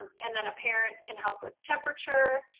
and then a parent can help with temperature,